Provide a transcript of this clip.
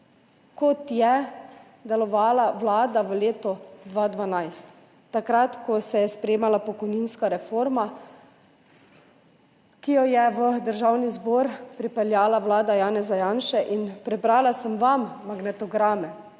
kot je delovala vlada v letu 2012, takrat, ko se je sprejemala pokojninska reforma, ki jo je v Državni zbor pripeljala vlada Janeza Janše. Prebrala sem vam magnetograme,